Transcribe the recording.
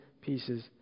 pieces